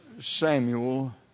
Samuel